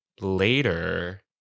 later